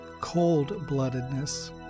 cold-bloodedness